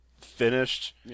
finished